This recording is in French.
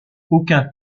aucun